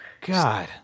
God